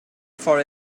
for